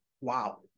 Wow